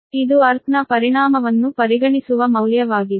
ಇದು ಅರ್ಥ್ ನ ಪರಿಣಾಮವನ್ನು ಪರಿಗಣಿಸುವ ಮೌಲ್ಯವಾಗಿದೆ